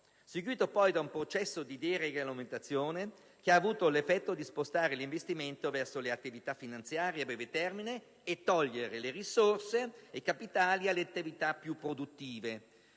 seguito da un processo di deregolamentazione che ha avuto l'effetto di spostare gli investimenti verso le attività finanziarie a breve termine e togliere sempre di più le risorse ed i capitali dalle attività più produttive.